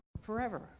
forever